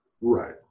Right